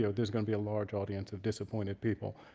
so there's going to be a large audience of disappointed people.